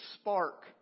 spark